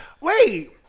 Wait